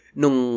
nung